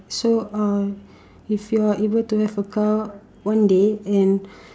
so uh if you're able to have a car one day and